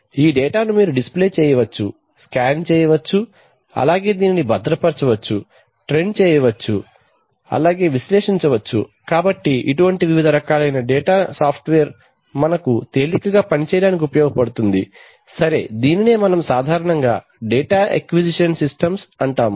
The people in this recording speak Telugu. ఈ డేటాను మీరు డిస్ప్లే చేయవచ్చు స్కాన్ చేయవచ్చు అలాగే దీనిని భద్రపరచవచ్చు ట్రెండ్ చేయవచ్చు అలాగే విశ్లేషించవచ్చు కాబట్టి ఇటువంటి వివిధ రకాలైనటువంటి సాఫ్ట్వేర్ మనకు తేలికగా పని చేయడానికి ఉపయోగపడుతుంది సరే దీనినే మనం సాధారణముగా డాటా అక్విసిషన్ సిస్టమ్స్ అంటాము